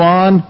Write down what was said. on